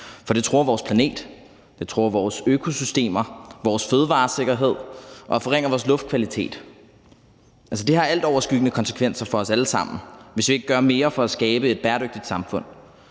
for det truer vores planet, det truer vores økosystemer og vores fødevaresikkerhed og forringer vores luftkvalitet. Det har altså altoverskyggende konsekvenser for os alle sammen, hvis vi ikke gør mere for at skabe et bæredygtigt samfund.